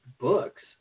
books